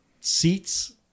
seats